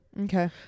okay